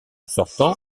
sortant